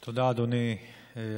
תודה, אדוני היושב-ראש.